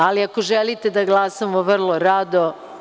Ali, ako želite da glasamo, vrlo rado.